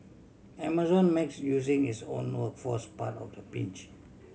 Amazon makes using its own workforce part of the pitch